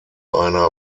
einer